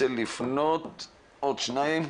אני אפנה לעוד שניים.